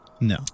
No